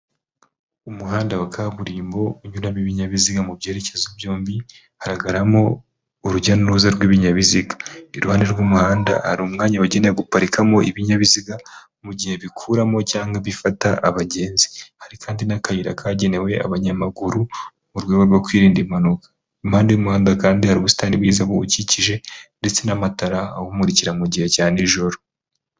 Umuhanda wa kaburimbo unyuramo ibinyabiziga mu byerekezo byombi hagaragaramo urujya n'uruza rw'ibinyabiziga iruhande rw'umuhanda hari umwanya wagenewe guparikamo ibinyabiziga mu gihe bikuramo cg bifata abagenzi hari kandi n'akayira kagenewe abanyamaguru mu rwego rwo kwirinda impanuka impande y'umuhanda kandi hari ubusitani bwiza buwukikije ndetse n'amatara ahumurikira mu gihe cya n’ijoro.